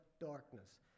darkness